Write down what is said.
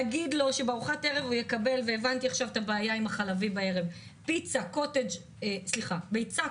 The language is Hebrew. אבל להגיד לו שבארוחת ערב הוא יקבל ביצה קוטג' ופתיתים,